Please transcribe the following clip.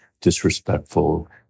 disrespectful